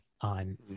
on